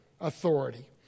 authority